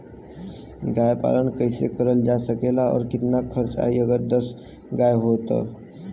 गाय पालन कइसे करल जा सकेला और कितना खर्च आई अगर दस गाय हो त?